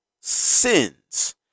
sins